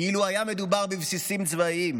כאילו היה מדובר בבסיסים צבאיים,